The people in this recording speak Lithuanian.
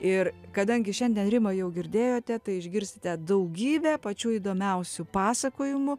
ir kadangi šiandien rimą jau girdėjote tai išgirsite daugybę pačių įdomiausių pasakojimų